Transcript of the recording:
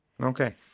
okay